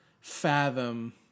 fathom